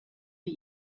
die